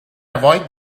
avoid